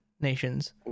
nations